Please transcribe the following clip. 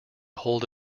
hold